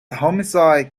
homicide